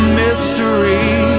mystery